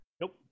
Nope